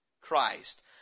Christ